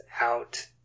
out